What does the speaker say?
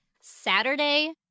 Saturday